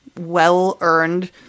well-earned